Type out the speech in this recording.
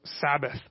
Sabbath